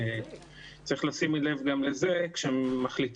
צריך לשים לב גם לזה כשמחליטים,